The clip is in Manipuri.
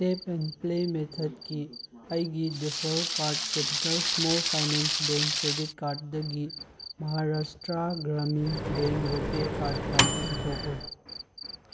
ꯇꯦꯞ ꯑꯦꯟ ꯄ꯭ꯂꯦ ꯃꯦꯊꯠꯀꯤ ꯑꯩꯒꯤ default card capital small finance bank credit ꯀꯥꯔꯠꯗꯒꯤ ꯃꯍꯥꯔꯁꯇ꯭ꯔꯥ ꯒ꯭ꯔꯥꯃꯤꯟ ꯕꯦꯡ ꯔꯨꯄꯦ ꯀꯥꯔꯠꯇ ꯑꯣꯟꯊꯣꯛꯎ